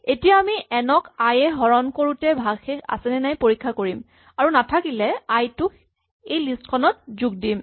এতিয়া আমি এন ক আই য়ে হৰণ কৰোতে ভাগশেষ আছে নেকি পৰীক্ষা কৰিম আৰু নাথাকিলে সেই আই টোক এই লিষ্ট খনত যোগ দিম